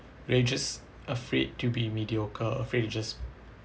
maybe just afraid to be mediocre afraid to just